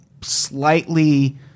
slightly